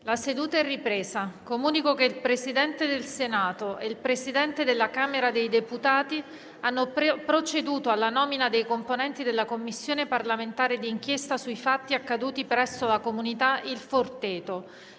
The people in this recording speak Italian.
una nuova finestra"). Comunico che il Presidente del Senato e il Presidente della Camera dei deputati hanno proceduto alla nomina dei componenti della Commissione parlamentare di inchiesta sui fatti accaduti presso la comunità «Il Forteto».